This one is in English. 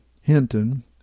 Hinton